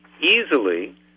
easily